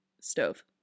Stove